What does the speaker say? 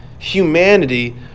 humanity